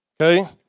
Okay